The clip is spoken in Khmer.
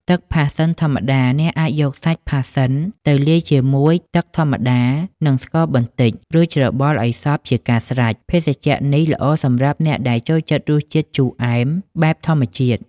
ទឹកផាសសិនធម្មតា អ្នកអាចយកសាច់ផាសសិនទៅលាយជាមួយទឹកធម្មតា និងស្ករបន្តិច រួចច្របល់ឲ្យសព្វជាការស្រេច។ ភេសជ្ជៈនេះល្អសម្រាប់អ្នកដែលចូលចិត្តរសជាតិជូរអែមបែបធម្មជាតិ។